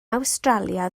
awstralia